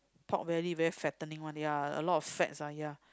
pork belly very fattening one ya a lot of fats ah ya